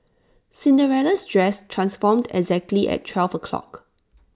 Cinderella's dress transformed exactly at twelve o'clock